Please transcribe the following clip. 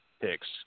picks